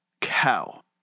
cow